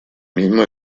mismo